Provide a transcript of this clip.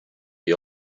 the